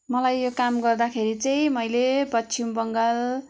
मलाई यो काम गर्दाखेरि चाहिँ मैले पश्चिम बङ्गाल